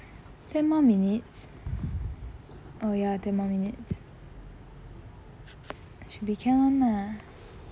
ten more minutes orh ya ten more minutes should be can [one] lah